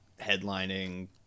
headlining